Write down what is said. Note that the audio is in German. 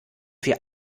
wir